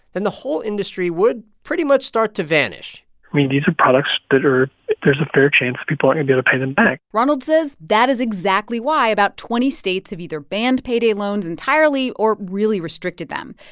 then the whole industry would pretty much start to vanish i mean, these are products that are there's a fair chance people aren't going to be able to pay them back ronald says that is exactly why about twenty states have either banned payday loans entirely or really restricted them.